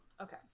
Okay